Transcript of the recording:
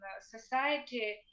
society